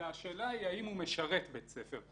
אלא השאלה היא האם הוא משרת בית ספר.